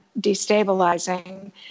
destabilizing